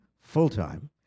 full-time